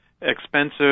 expensive